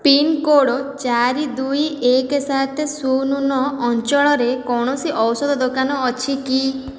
pin code ଚାରି ଦୁଇ ଏକ ସାତ ଶୂନ ନଅ ଅଞ୍ଚଳରେ କୌଣସି ଔଷଧ ଦୋକାନ ଅଛି କି